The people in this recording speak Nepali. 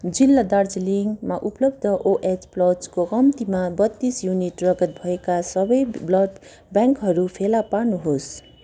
जिल्ला दार्जिलिङमा उपलब्ध ओएच प्लसको कम्तीमा बत्तिस युनिट रगत भएका सबै ब्लड ब्याङ्कहरू फेला पार्नुहोस्